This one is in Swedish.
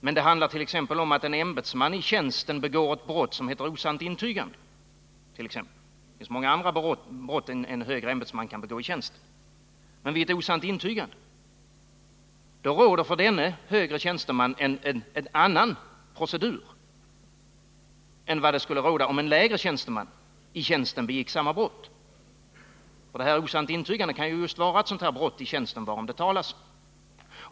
Men det handlar om att en ämbetsman i tjänsten begår ett brott som kallas osant intygande, t.ex. Det finns många andra brott som en högre ämbetsman kan begå i tjänsten. Men vid osant intygande råder för denne högre tjänsteman en annan procedur än som skulle råda om en lägre tjänsteman i tjänsten begick samma brott. Osant intygande kan just vara ett sådant här brott i tjänsten varom det talas.